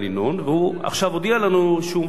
והוא הודיע לנו עכשיו שהוא מבטל,